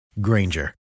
Granger